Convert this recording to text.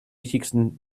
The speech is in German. wichtigsten